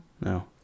No